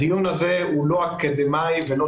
הדיון הזה לא אקדמאי ולא